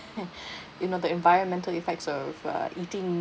you know the environmental effects of uh eating